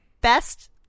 best